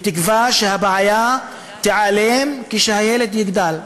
בתקווה שהבעיה תיעלם כשהילד יגדל.